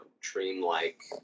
dream-like